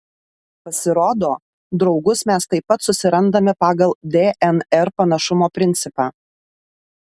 pasirodo draugus mes taip pat susirandame pagal dnr panašumo principą